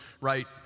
right